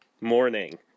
Morning